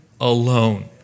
alone